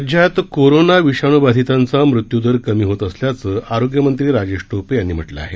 राज्यात कोरोना विषाणू बाधितांचा मृत्यूदर कमी होत असल्याचं आरोग्यमंत्री राजेश टोपे यांनी म्हटलं आहे